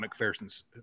McPherson's